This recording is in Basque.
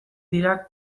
dira